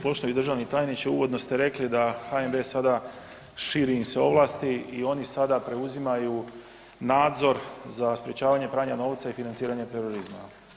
Poštovani državni tajniče, uvodno ste rekli da HNB sada širi im se ovlasti i oni sada preuzimaju nadzor za sprječavanje pranja novca i financiranje terorizma.